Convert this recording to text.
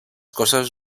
cosas